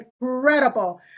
incredible